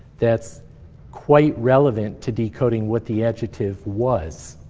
that's quite relevant to decoding what the adjective was.